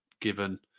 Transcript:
given